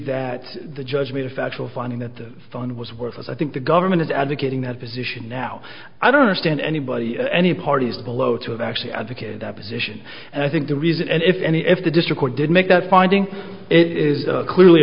that the judge made a factual finding that the phone was worthless i think the government is advocating that position now i don't understand anybody any parties below to actually advocate that position and i think the reason and if any if the district or did make that finding it is clearly